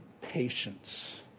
patience